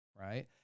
Right